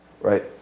right